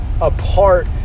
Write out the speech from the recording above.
apart